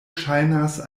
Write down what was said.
ŝajnas